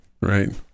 right